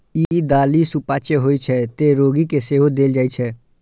ई दालि सुपाच्य होइ छै, तें रोगी कें सेहो देल जाइ छै